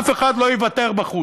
ואף אחד לא ייוותר בחוץ.